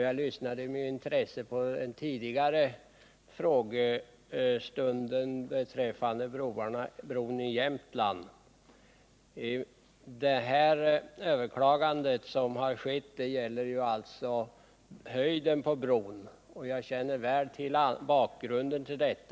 Jag lyssnade därför med intresse på vad som sades tidigare under frågestunden beträffande bron i Jämtland. Det överklagande som gjorts gäller höjden på bron. Jag känner väl till bakgrunden till detta.